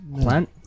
Plant